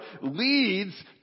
leads